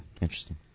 Interesting